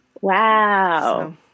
wow